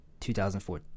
2014